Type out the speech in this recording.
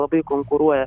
labai konkuruoja